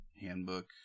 handbook